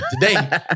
today